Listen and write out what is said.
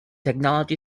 technology